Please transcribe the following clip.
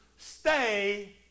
Stay